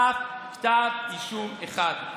אף כתב אישום אחד.